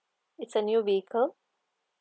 it's a new vehicle